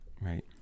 Right